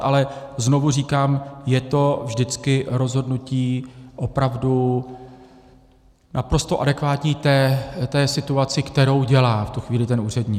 Ale znovu říkám, je to vždycky rozhodnutí opravdu naprosto adekvátní té situaci, kterou dělá v tu chvíli ten úředník.